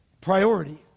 priority